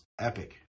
epic